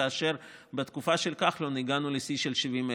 כאשר בתקופה של כחלון הגענו לשיא של 70,000,